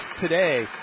today